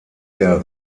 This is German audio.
der